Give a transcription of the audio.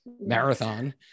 marathon